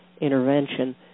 intervention